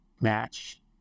match